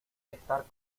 estar